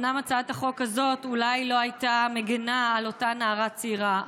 אומנם הצעת החוק הזאת אולי לא הייתה מגינה על אותה נערה צעירה,